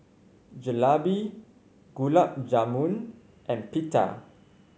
Jalebi Gulab Jamun and Pita